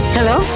Hello